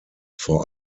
vor